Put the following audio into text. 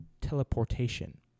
teleportation